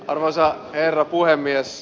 arvoisa herra puhemies